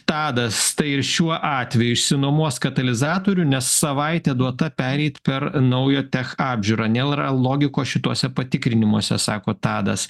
tadas tai ir šiuo atveju išsinuomos katalizatorių nes savaitę duota pereit per naują tech apžiūrą nėra logikos šituose patikrinimuose sako tadas